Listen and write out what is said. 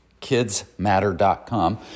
kidsmatter.com